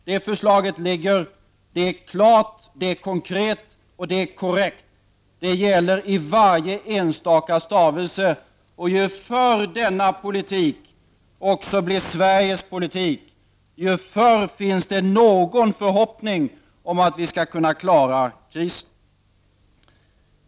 Det förslaget ligger fast. Det är klart, det är konkret och det är korrekt! Det gäller i varje enskild stavelse, och ju förr denna politik blir Sveriges politik, desto förr finns det någon förhoppning om att vi skall kunna klara krisen.